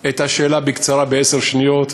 את השאלה בקצרה, בעשר שניות,